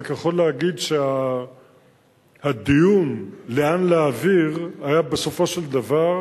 אני רק יכול להגיד שהדיון לאן להעביר היה בסופו של דבר